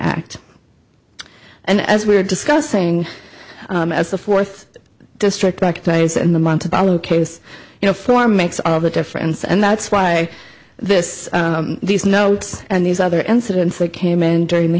act and as we were discussing as the fourth district back in the montevallo case you know form makes all the difference and that's why this these notes and these other incidents that came in during the